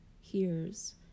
hears